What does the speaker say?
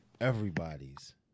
Everybody's